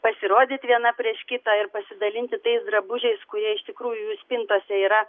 pasirodyt viena prieš kitą ir pasidalinti tais drabužiais kurie iš tikrųjų jų spintose yra